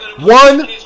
one